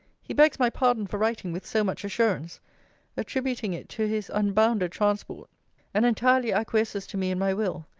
he begs my pardon for writing with so much assurance attributing it to his unbounded transport and entirely acquiesces to me in my will.